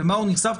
למה הוא נחשף.